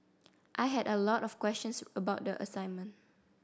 I had a lot of questions about the assignment